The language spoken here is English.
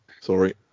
Sorry